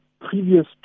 previous